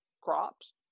Crops